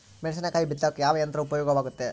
ಮೆಣಸಿನಕಾಯಿ ಬಿತ್ತಾಕ ಯಾವ ಯಂತ್ರ ಉಪಯೋಗವಾಗುತ್ತೆ?